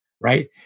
right